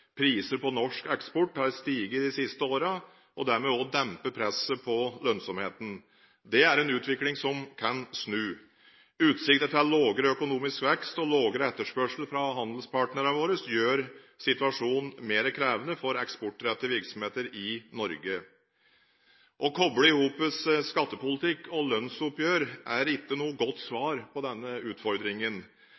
priser på norsk eksport har steget de siste årene og dermed òg dempet presset på lønnsomheten. Det er en utvikling som kan snu. Utsiktene til lavere økonomisk vekst og lavere etterspørsel fra handlingspartnerne våre gjør situasjonen mer krevende for eksportrettede virksomheter i Norge. Å koble sammen skattepolitikk og lønnsoppgjør er ikke noe godt